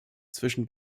zwischen